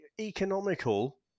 economical